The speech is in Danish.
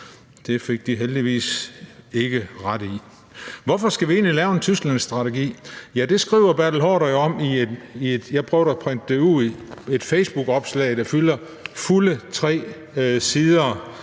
Det fik de heldigvis ikke ret i. Hvorfor skal vi egentlig lave en Tysklandsstrategi? Ja, det skriver hr. Bertel Haarder jo om i et facebookopslag, som jeg prøvede